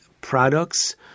products